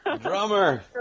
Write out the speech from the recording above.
drummer